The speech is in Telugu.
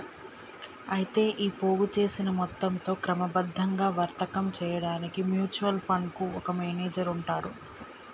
అయితే ఈ పోగు చేసిన మొత్తంతో క్రమబద్ధంగా వర్తకం చేయడానికి మ్యూచువల్ ఫండ్ కు ఒక మేనేజర్ ఉంటాడు